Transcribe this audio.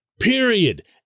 Period